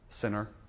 Sinner